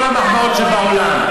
כל המחמאות שבעולם,